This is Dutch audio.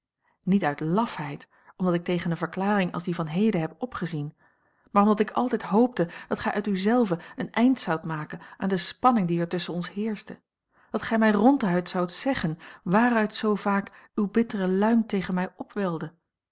niet uit lafheid omdat ik tegen eene verklaring als die van heden heb opgezien maar omdat ik altijd hoopte dat gij uit u zelve een eind zoudt maken aan de spanning die er tusschen ons heerschte dat gij mij ronduit zoudt zeggen waaruit zoo vaak uwe bittere luim tegen mij opwelde